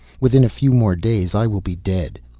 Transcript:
within a few more days i will be dead.